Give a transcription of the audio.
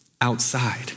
outside